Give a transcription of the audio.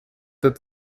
peut